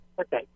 Okay